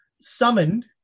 summoned